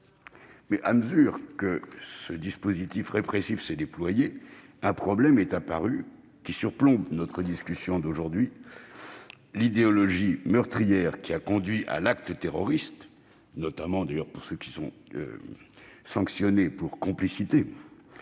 à mesure que ce dispositif répressif s'est déployé, un problème est apparu qui surplombe notre discussion d'aujourd'hui : l'idéologie meurtrière qui a conduit à l'acte terroriste, notamment pour ceux qui sont condamnés pour complicité